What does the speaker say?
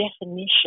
definition